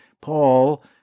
Paul